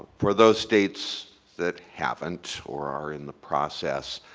for those states that haven't or are in the process,